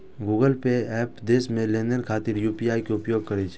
Google Pay app देश मे लेनदेन खातिर यू.पी.आई के उपयोग करै छै